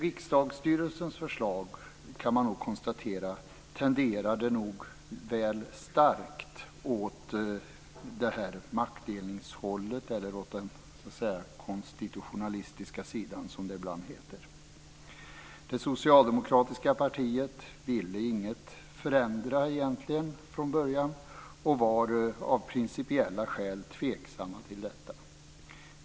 Riksdagsstyrelsens förslag, kan man konstatera, tenderade att väl starkt gå åt maktdelningshållet eller åt det konstitutionalistiska hållet, som det ibland heter. Det socialdemokratiska partiet ville från början egentligen ingenting förändra och var av principiella skäl tveksamt till detta.